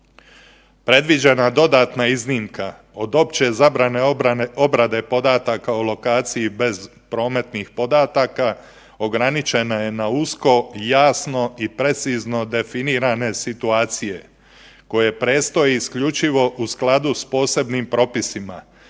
Predviđena dodatna iznimna od opće zabrane obrade podataka o lokaciji bez prometnih podataka ograničena je na usko, jasno i precizno definirane situacije koje predstoje isključivo u skladu s posebnim propisima.